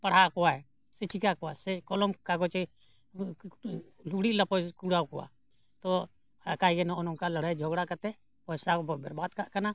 ᱯᱟᱲᱦᱟᱣ ᱠᱚᱣᱟᱭ ᱥᱮ ᱪᱤᱠᱟᱹ ᱠᱚᱣᱟᱭ ᱥᱮ ᱠᱚᱞᱚᱢ ᱠᱟᱜᱚᱡᱮ ᱞᱩᱜᱽᱲᱤᱡ ᱞᱟᱯᱳᱭ ᱠᱩᱲᱟᱹᱣ ᱠᱚᱣᱟ ᱛᱚ ᱮᱠᱟᱭ ᱜᱮ ᱱᱚᱜ ᱱᱚᱝᱠᱟ ᱞᱟᱹᱲᱦᱟᱹᱭ ᱡᱷᱚᱜᱽᱲᱟ ᱠᱟᱛᱮᱫ ᱯᱚᱭᱥᱟ ᱵᱮᱨᱵᱟᱫ ᱠᱟᱜ ᱠᱟᱱᱟ